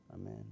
Amen